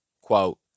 Quote